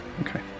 Okay